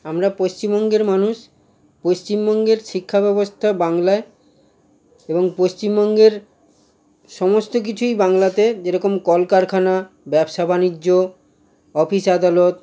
আমরা পশ্চিমবঙ্গের মানুষ পশ্চিমবঙ্গের শিক্ষা ব্যবস্থা বাংলায় এবং পশ্চিমবঙ্গের সমস্ত কিছুই বাংলাতে যেরকম কলকারখানা ব্যবসা বাণিজ্য অফিস আদালত